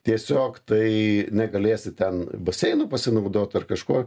tiesiog tai negalėsi ten baseinu pasinaudot ar kažkuo